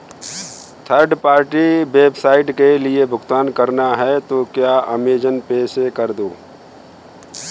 third party website के लिए भुगतान करना है तो क्या अमेज़न पे से कर दो